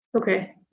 okay